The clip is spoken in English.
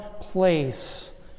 place